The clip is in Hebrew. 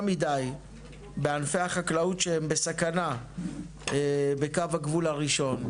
מידי בענפי החקלאות שהם בסכנה בקו הגבול הראשון.